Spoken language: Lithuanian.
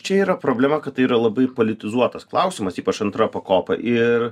čia yra problema kad tai yra labai politizuotas klausimas ypač antra pakopa ir